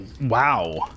wow